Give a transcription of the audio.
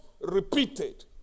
repeated